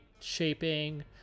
shaping